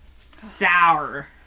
sour